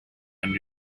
and